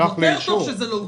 טוב יותר שזה לא אושר.